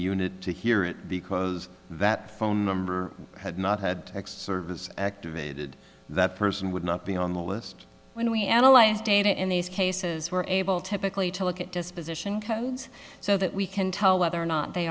unit to hear it because that phone number had not had service activated that person would not be on the list when we analyze data in these cases we're able to pick only to look at disposition codes so that we can tell whether or not they